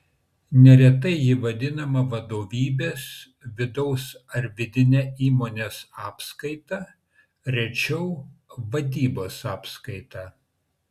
neretai ji vadinama vadovybės vidaus ar vidine įmonės apskaita rečiau vadybos apskaita